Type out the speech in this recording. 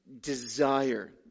desire